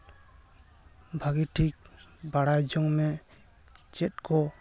ᱵᱷᱟᱹᱜᱤ ᱴᱷᱤᱠ ᱵᱟᱲᱟᱭ ᱡᱚᱝ ᱢᱮ ᱪᱮᱫ ᱠᱚ